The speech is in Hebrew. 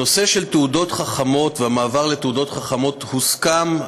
הנושא של תעודות חכמות והמעבר לתעודות חכמות הוסכם,